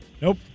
Nope